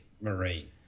marine